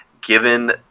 given